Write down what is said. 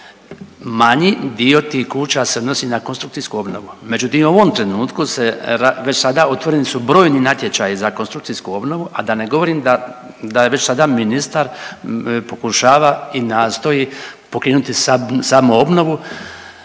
Manji dio tih kuća se odnosi na konstrukcijsku obnovu, međutim u ovom trenutku se već sada otvoreni su brojni natječaji za konstrukcijsku obnovu, a da ne govorim da je već sada ministar pokušava i nastoji pokrenuti samoobnovu